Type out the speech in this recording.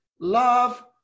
love